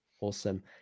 awesome